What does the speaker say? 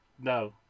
No